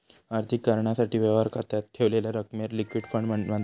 आर्थिक कारणासाठी, व्यवहार खात्यात ठेवलेल्या रकमेक लिक्विड फंड मांनतत